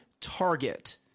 target